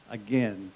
again